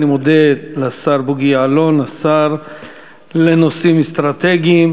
אני מודה לשר בוגי יעלון, השר לנושאים אסטרטגיים.